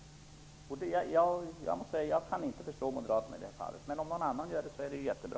Jag kan inte förstå Moderaterna i det här fallet. Om någon annan gör det så är det ju jättebra.